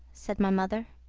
said my mother.